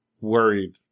worried